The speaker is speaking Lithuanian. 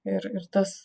ir ir tas